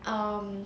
um